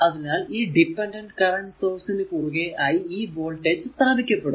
അതിനാൽ ഈ dependent current source നു കുറുകെ ആയി ഈ വോൾടേജ് സ്ഥാപിക്കപ്പെടും